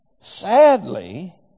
Sadly